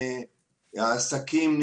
העסקים,